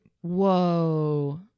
Whoa